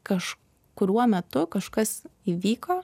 kažkuriuo metu kažkas įvyko